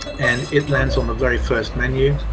and it lands on the very first menu.